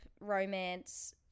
romance